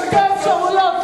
יש שתי אפשרויות.